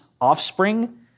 offspring